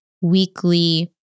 weekly